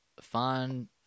find